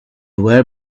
were